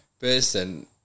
person